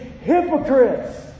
hypocrites